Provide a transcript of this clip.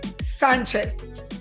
Sanchez